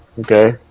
Okay